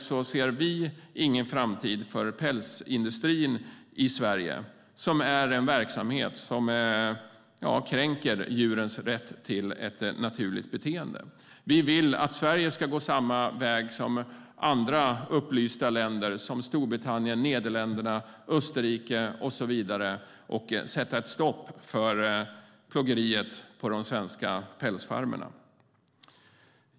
Vi ser därför ingen framtid för pälsindustrin i Sverige eftersom denna verksamhet kränker djurens rätt till ett naturligt beteende. Vi vill att Sverige ska gå samma väg som andra upplysta länder såsom Storbritannien, Nederländerna, Österrike med flera och sätta stopp för djurplågeriet på de svenska pälsfarmerna.